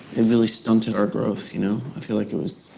it really stunted our growth, you know? i feel like it was.